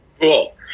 Cool